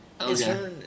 Okay